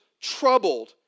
troubled